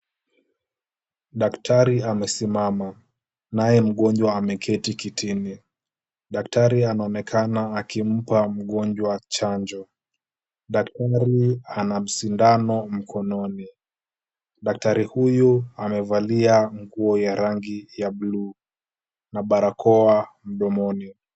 Daktari amesimama naye mgonjwa ameketi kitini. Daktari anaonekana akimpa mgonjwa chanjo. Daktari ana sindano mkononi. Daktari huyu amevalia nguo ya rangi ya buluu na barakoa mdomoni.